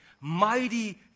Mighty